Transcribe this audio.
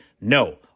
no